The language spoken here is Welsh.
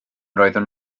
roeddwn